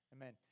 Amen